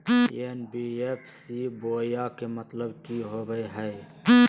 NBFC बोया के मतलब कि होवे हय?